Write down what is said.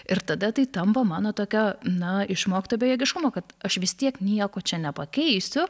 ir tada tai tampa mano tokia na išmokto bejėgiškumo kad aš vis tiek nieko čia nepakeisiu